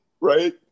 Right